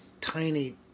tiny